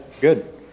Good